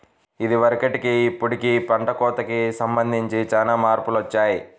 ఇదివరకటికి ఇప్పుడుకి పంట కోతకి సంబంధించి చానా మార్పులొచ్చాయ్